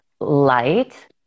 light